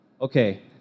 Okay